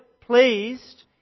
pleased